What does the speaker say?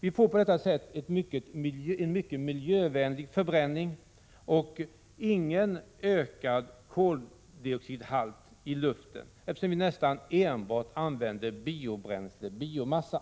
Vi får på så sätt en mycket miljövänlig förbränning och ingen ökad koldioxidhalt i luften, eftersom vi nästan enbart använder biobränslen/biomassa.